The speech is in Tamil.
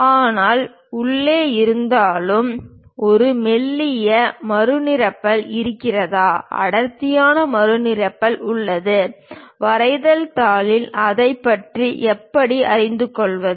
ஆனால் உள்ளே இருந்தாலும் ஒரு மெல்லிய மறு நிரப்பல் இருக்கிறதா அடர்த்தியான மறு நிரப்புதல் உள்ளது வரைதல் தாளில் அதைப் பற்றி எப்படி அறிந்து கொள்வது